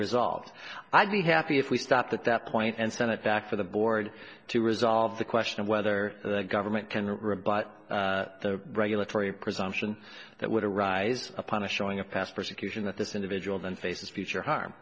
resolved i'd be happy if we stopped at that point and sent it back to the board to resolve the question of whether the government can rebut the regulatory presumption that would arise upon a showing of past persecution that this individual then faces future harm